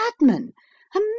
madman—a